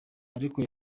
ariko